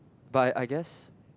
but I guess